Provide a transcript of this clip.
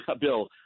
Bill